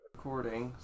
Recording